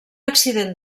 accident